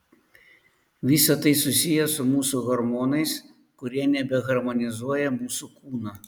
visa tai susiję su mūsų hormonais kurie nebeharmonizuoja mūsų kūno